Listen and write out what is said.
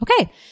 Okay